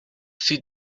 see